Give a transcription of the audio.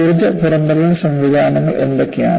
ഊർജ്ജ പുറന്തള്ളുന്ന സംവിധാനങ്ങൾ എന്തൊക്കെയാണ്